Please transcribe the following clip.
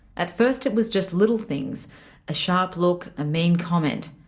at first it was just little things a sharp look, a mean comment.